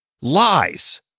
Lies